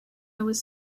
was